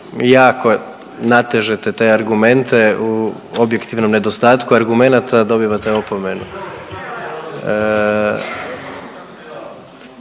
jako natežete te argumente u objektivnom nedostatku argumenata, dobivate opomenu.